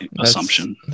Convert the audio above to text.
assumption